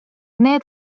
need